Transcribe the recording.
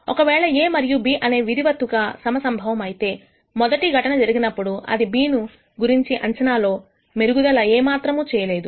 ఒకవేళ A మరియు B అనేవి విధివత్తుగా సమసంభవము అయితే మొదటి ఘటన జరిగినప్పుడు అది B గురించి అంచనా లో మెరుగుదల ఏమాత్రము చేయలేదు